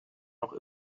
noch